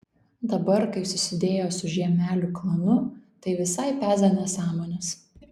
dabar kai susidėjo su žiemelių klanu tai visai peza nesąmones